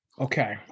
Okay